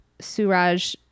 suraj